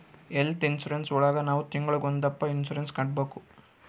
health insurance ಒಳಗ ನಾವ್ ತಿಂಗ್ಳಿಗೊಂದಪ್ಪ ಇನ್ಸೂರೆನ್ಸ್ ಕಟ್ಟ್ಬೇಕು